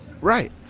Right